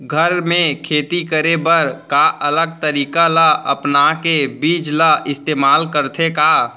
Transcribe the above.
घर मे खेती करे बर का अलग तरीका ला अपना के बीज ला इस्तेमाल करथें का?